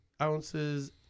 ounces